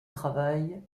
travail